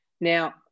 Now